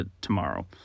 tomorrow